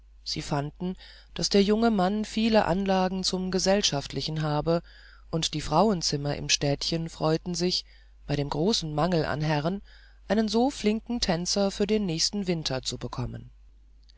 sie fanden daß der junge mann viele anlage zum gesellschaftlichen habe und die frauenzimmer im städtchen freuten sich bei dem großen mangel an herren einen so flinken tänzer für den nächsten winter zu bekommen